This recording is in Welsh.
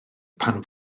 pan